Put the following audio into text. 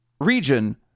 region